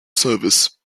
service